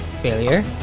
Failure